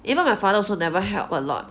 even my father also never help a lot